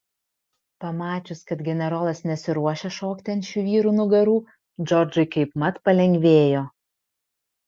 pamačius kad generolas nesiruošia šokti ant šių vyrų nugarų džordžui kaipmat palengvėjo